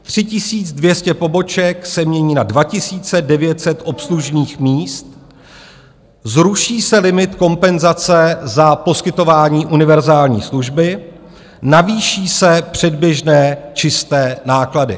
3 200 poboček se mění na 2 900 obslužných míst, zruší se limit kompenzace za poskytování univerzální služby, navýší se předběžné čisté náklady.